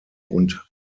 und